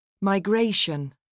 Migration